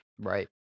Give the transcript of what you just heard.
Right